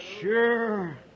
Sure